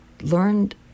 learned